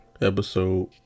episode